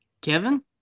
Kevin